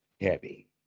heavy